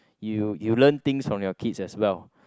you you learn things from your kids as well